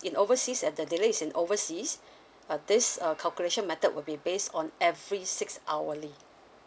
in overseas if that delay is in overseas uh this uh calculation method will be based on every six hourly